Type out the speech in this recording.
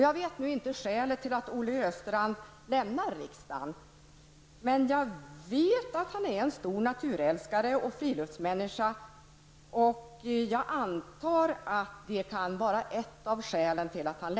Jag känner inte till skälet till att Olle Östrand lämnar riksdagen. Jag vet dock att han är en stor naturälskare och friluftsmänniska, och jag antar att det kan vara ett av skälen.